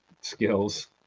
skills